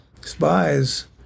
spies